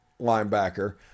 linebacker